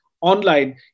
online